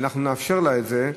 ואנחנו נאפשר לה את זה,